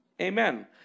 Amen